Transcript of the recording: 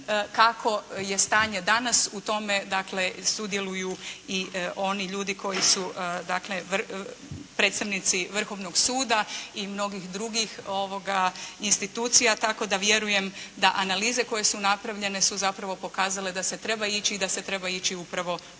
kako je stanje danas u tome, dakle sudjeluju i oni ljudi koji su dakle predstavnici Vrhovnog suda i mnogih drugih institucija tako da vjerujem da analize koje su napravljene su zapravo pokazale da se treba ići i da se treba ići upravo u